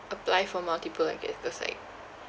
apply for multiple I guess just like